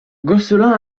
gosselin